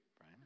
right